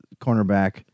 cornerback